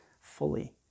fully